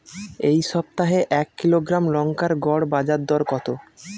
এই সপ্তাহে এক কিলোগ্রাম লঙ্কার গড় বাজার দর কত?